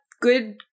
good